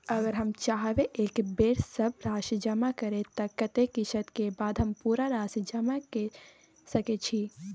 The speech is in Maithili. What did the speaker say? अगर हम चाहबे एक बेर सब राशि जमा करे त कत्ते किस्त के बाद हम पूरा राशि जमा के सके छि?